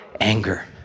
anger